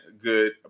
good